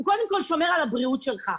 אז הוא קודם כול שומר על הבריאות שלך.